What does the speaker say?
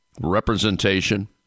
representation